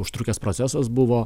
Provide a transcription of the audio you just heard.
užtrukęs procesas buvo